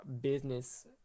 business